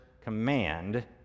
command